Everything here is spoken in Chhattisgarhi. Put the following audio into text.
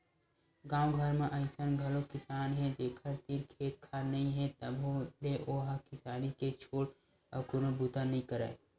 गाँव घर म अइसन घलोक किसान हे जेखर तीर खेत खार नइ हे तभो ले ओ ह किसानी के छोर अउ कोनो बूता नइ करय